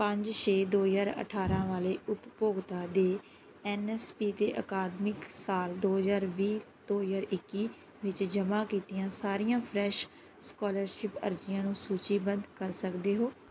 ਪੰਜ ਛੇ ਦੋ ਹਜ਼ਾਰ ਅਠਾਰ੍ਹਾਂ ਵਾਲੇ ਉਪਭੋਗਤਾ ਦੇ ਐਨ ਐਸ ਪੀ 'ਤੇ ਅਕਾਦਮਿਕ ਸਾਲ ਦੋ ਹਜ਼ਾਰ ਵੀਹ ਦੋ ਹਜ਼ਾਰ ਇੱਕੀ ਵਿੱਚ ਜਮ੍ਹਾਂ ਕੀਤੀਆਂ ਸਾਰੀਆਂ ਫਰੈਸ਼ ਸਕੋਲਰਸ਼ਿਪ ਅਰਜ਼ੀਆਂ ਨੂੰ ਸੂਚੀਬੱਧ ਕਰ ਸਕਦੇ ਹੋ